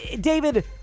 David